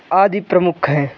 आदि प्रमुख हैं